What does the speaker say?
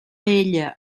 ella